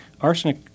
Arsenic